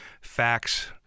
facts